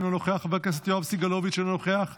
אינו נוכח,